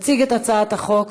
תציג את הצעת החוק